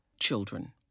children